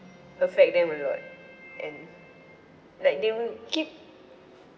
affect them a lot and like they will keep